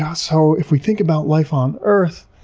ah so if we think about life on earth,